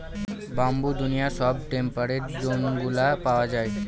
bamboo দুনিয়ার সব temperate জোনগুলা পায়